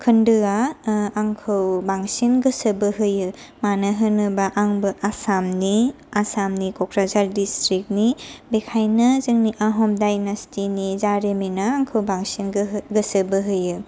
खोन्दोआ आंखौ बांसिन गोसो बोहोयो मानो होनोबा आंबो आसामनि आसामनि कक्राझार डिसट्रिक्टनि बेखायनो जोंनि आहम डाइनाचटिनि जारिमिना आंखौ बांसिन गोसो बोहोयो